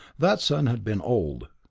that sun had been old,